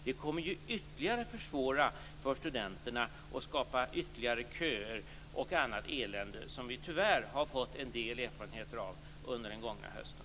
Det kommer att ytterligare försvåra för studenterna och skapa ytterligare köer och annat elände som vi tyvärr har fått en del erfarenheter av under den gångna hösten.